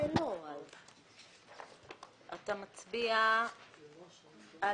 אתה מצביע על